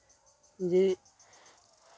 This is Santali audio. ᱡᱮ